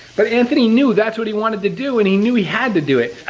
but anthony knew that's what he wanted to do, and he knew he had to do it.